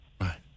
Right